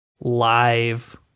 live